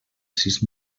sis